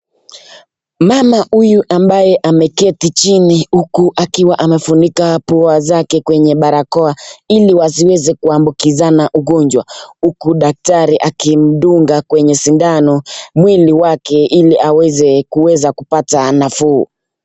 Mama huyu ambaye ameketi chini huku akiwa amefunika pua lake kwenye barakoa ili wasiweze kuambukizana ugonjwa huku daktari akimdunga kwenye sindano mwili wake ili aweze kuweza kupata nafuu.